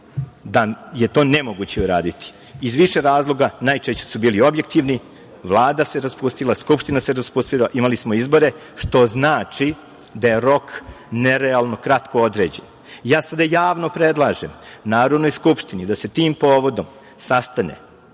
da je to nemoguće uraditi, iz više razloga, najčešće su bili objektivni, Vlada se raspustila, Skupština se raspustila, imali smo izbore, što znači da je rok nerealno kratko određen. Ja sada javno predlažem Narodnoj skupštini da se tim povodom sastane,